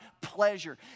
pleasure